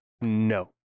No